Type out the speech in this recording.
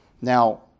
Now